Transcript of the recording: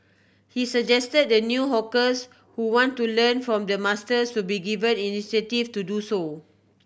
he suggest the new hawkers who want to learn from the masters to be given incentives to do so